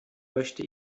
möchte